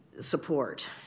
support